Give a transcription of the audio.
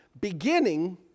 beginning